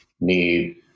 need